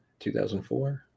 2004